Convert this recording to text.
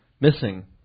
missing